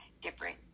different